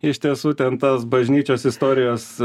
iš tiesų ten tos bažnyčios istorijos